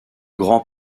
grand